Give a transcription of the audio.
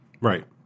Right